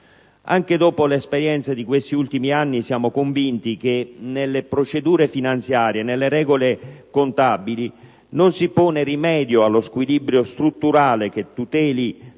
Anche dopo l'esperienza di questi ultimi anni, siamo convinti che se nelle procedure finanziarie e nelle regole contabili non si pone rimedio allo squilibrio strutturale che da un lato tuteli